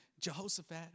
Jehoshaphat